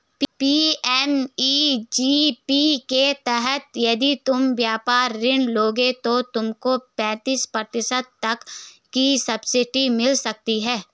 PMEGP के तहत यदि तुम व्यापार ऋण लोगे तो तुमको पैंतीस प्रतिशत तक की सब्सिडी मिल सकती है